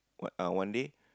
what uh one day